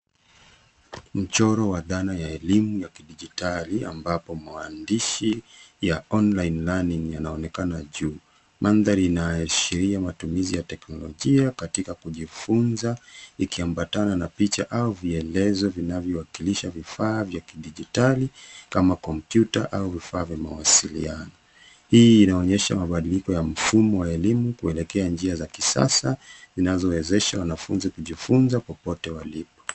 Mchoro wa dhana ya elimu ya kidijitali ambapo maandishi ya Online Learning yanaonekana juu. Mandhari inaashiria matumizi ya teknolojia katika kujifunza ikiambatana na picha au vielezo vinavyo wakilisha vifaa vya kidijitali kama kompyuta au vifaa vya mawasiliano. Hii inaonyesha mabadiliko ya mfumo wa elimu kuelekea njia za kisasa zinazowezesha wanafunzi kujifunza popote walipo.